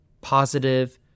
positive